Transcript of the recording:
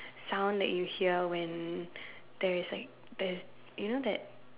sound that you hear when there is like there is you know that